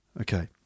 Okay